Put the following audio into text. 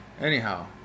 Anyhow